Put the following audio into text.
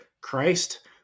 Christ